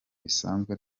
bisanzwe